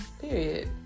period